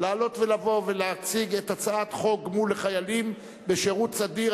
לעלות ולבוא ולהציג את הצעת חוק גמול לחיילים בשירות סדיר,